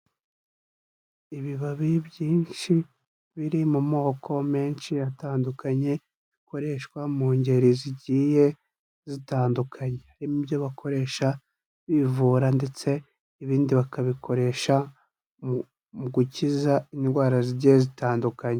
Ibibabi byinshi biri mu moko menshi atandukanye, bikoreshwa mu ngeri zigiye zitandukanye, harimo ibyo bakoresha bivura ndetse ibindi bakabikoresha mu... mu gukiza indwara zigiye zitandukanye.